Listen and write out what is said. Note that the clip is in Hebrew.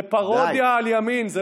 זו פרודיה על ימין.